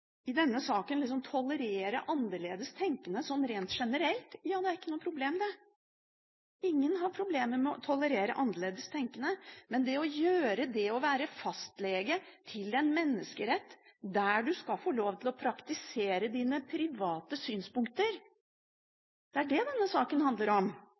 ikke noe problem, ingen har problemer med å tolerere annerledes tenkende – men det denne saken handler om, er å gjøre det å være fastlege som skal få lov til å praktisere sine private